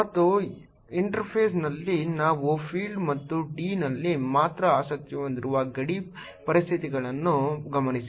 ಮತ್ತು ಈ ಇಂಟರ್ಫೇಸ್ನಲ್ಲಿ ನಾವು ಫೀಲ್ಡ್ ಮತ್ತು D ನಲ್ಲಿ ಮಾತ್ರ ಆಸಕ್ತಿ ಹೊಂದಿರುವ ಗಡಿ ಪರಿಸ್ಥಿತಿಗಳನ್ನು ಗಮನಿಸಿ